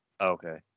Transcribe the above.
Okay